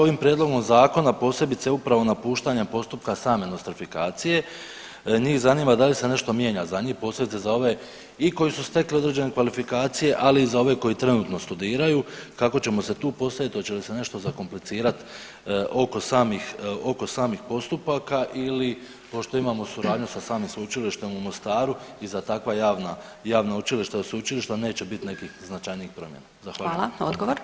Ovim prijedlogom zakona posebice upravo napuštanja postupka same nostrifikacije njih zanima da li se nešto mijenja za njih posebice za ove i koji su stekli određene kvalifikacije, ali i za ove koji trenutno studiraju kako ćemo se tu postaviti, hoće li se nešto zakomplicirat oko samih, oko samih postupaka ili pošto imamo suradnju sa samim Sveučilištem u Mostaru i za takva javna, javna učilišta i sveučilišta neće biti nekih značajnijih promjena.